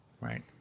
right